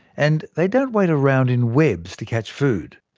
and they don't wait around in webs to catch food.